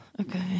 okay